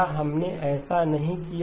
क्या हमने ऐसा नहीं किया